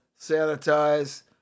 sanitize